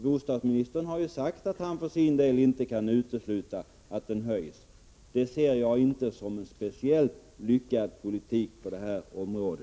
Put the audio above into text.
Bostadsministern har ju sagt att han för sin del inte kan utesluta att den höjs. Det ser jag inte som en speciellt lyckad politik på detta område.